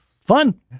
Fun